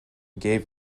gave